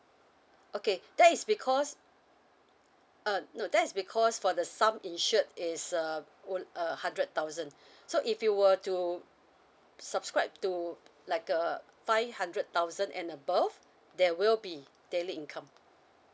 okay that is because uh no that's because for the sum insured is uh would a hundred thousand so if you were to subscribe to like uh five hundred thousand and above there will be daily income